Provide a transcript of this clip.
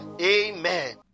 amen